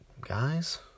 guys